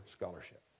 scholarship